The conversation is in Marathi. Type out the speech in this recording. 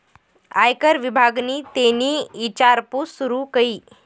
आयकर विभागनि तेनी ईचारपूस सूरू कई